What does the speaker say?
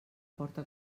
porta